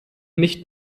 nicht